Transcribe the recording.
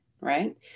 right